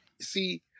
See